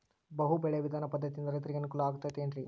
ಬಹು ಬೆಳೆ ವಿಧಾನ ಪದ್ಧತಿಯಿಂದ ರೈತರಿಗೆ ಅನುಕೂಲ ಆಗತೈತೇನ್ರಿ?